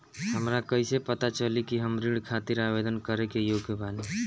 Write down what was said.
हमरा कईसे पता चली कि हम ऋण खातिर आवेदन करे के योग्य बानी?